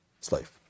slave